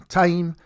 time